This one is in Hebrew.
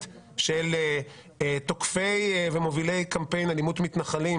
של תוקפי ומובילי קמפיין אלימות מתנחלים,